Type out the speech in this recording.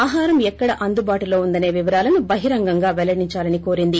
ఆహారం ఎక్కడ అందుబాటులో ఉందసే వివరాలను బహిరంగంగా పెల్లడిందాలని కోరింది